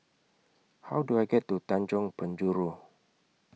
How Do I get to Tanjong Penjuru